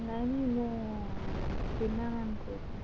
ନାହିଁ ନାହିଁ ମୁଁ ଟିନା ମ୍ୟାମ୍ କହୁଛି